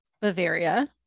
Bavaria